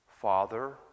father